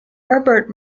herbert